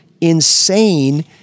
insane